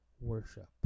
worship